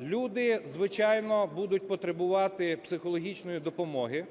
Люди, звичайно, будуть потребувати психологічної допомоги.